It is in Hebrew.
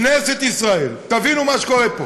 כנסת ישראל, תבינו מה שקורה פה